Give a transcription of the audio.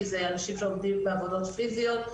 כי זה אנשים שעובדים בעבודות פיזיות.